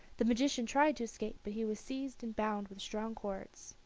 the magician tried to escape, but he was seized and bound with strong cords.